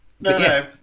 no